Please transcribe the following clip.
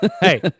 Hey